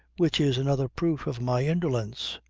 which is another proof of my indolence.